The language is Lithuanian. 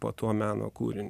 po tuo meno kūriniu